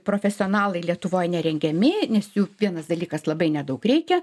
profesionalai lietuvoj nerengiami nes jų vienas dalykas labai nedaug reikia